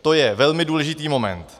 To je velmi důležitý moment.